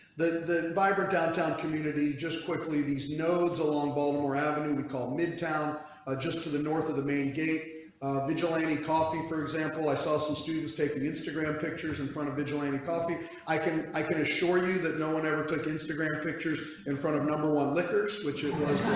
the the bieber downtown community just quickly these nodes along baltimore avenue with call midtown ah just to the north of the main gate michelinie coffee. for example, i saw some students taking instagram pictures in front of the giuglini coffee i can. i can assure you that, no one ever took instagram pictures in front of number one liquors which it was.